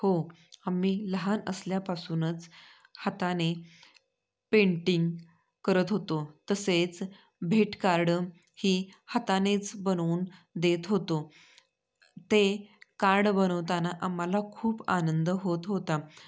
हो आम्ही लहान असल्यापासूनच हाताने पेंटिंग करत होतो तसेच भेटकार्डही हातानेच बनवून देत होतो ते कार्ड बनवताना आम्हाला खूप आनंद होत होता